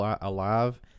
alive